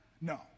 No